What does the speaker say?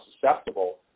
susceptible